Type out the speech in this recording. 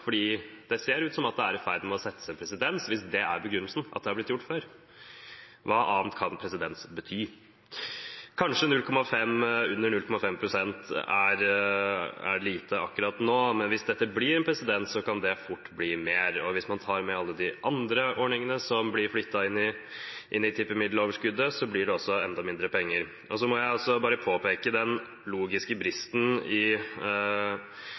det ser ut som om det er i ferd med å settes en presedens, hvis det er begrunnelsen at det er blitt gjort før. Hva annet kan presedens bety? Kanskje 0,5 pst. eller under er lite akkurat nå, men hvis dette blir presedens, kan det fort bli mer. Hvis man tar med alle de andre ordningene som blir flyttet inn i tippemiddeloverskuddet, blir det enda mindre penger. Så må jeg bare påpeke den logiske bristen i